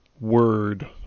word